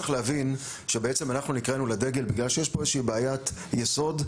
צריך להבין שבעצם אנחנו נקראנו לדגל בגלל שיש פה איזושהי בעיית יסוד,